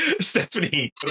Stephanie